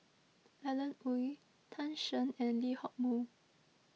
Alan Oei Tan Shen and Lee Hock Moh